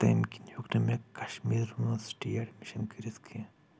تمہِ کِنۍ ہیوٚکھ نہٕ مےٚ کشمیٖر یونیورسٹی اٮ۪ڈمشن کٔرتھ کینٛہہ